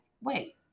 wait